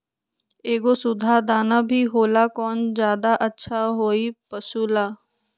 एगो सुधा दाना भी होला कौन ज्यादा अच्छा होई पशु ला?